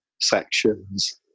sections